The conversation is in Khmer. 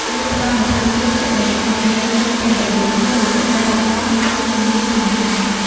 វាផ្ដល់នូវភាពជឿជាក់លើខ្លួនឯង នៅពេលដែលយើងឃើញមតិកែលម្អវិជ្ជមានពីអ្នកអាន។